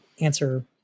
answer